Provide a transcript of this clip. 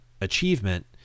achievement